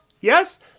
Yes